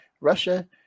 Russia